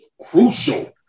Crucial